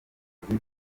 akazi